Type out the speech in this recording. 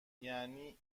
یعنی